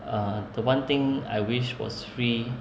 uh the one thing I wish was free